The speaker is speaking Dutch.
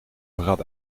vergat